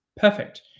Perfect